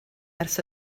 ers